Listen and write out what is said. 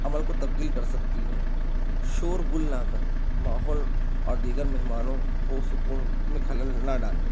عمل کو تبدیل کر سکتی ہیں شور غل نہ کریں ماحول اور دیگر مہمانوں کو سکون میں خلل نہ ڈالیں